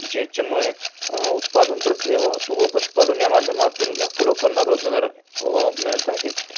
ज्याच्यामुळे उत्पादन प्रक्रिया वाहतूक व पशुपालन या माध्यमातून लाखो लोकांना रोजगार मिळत आहे